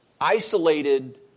isolated